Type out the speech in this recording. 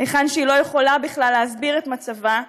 היכן שהיא לא יכולה בכלל להסביר את מצבה.